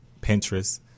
Pinterest